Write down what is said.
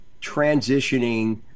transitioning